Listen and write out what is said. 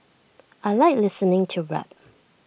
I Like listening to rap